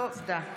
תודה.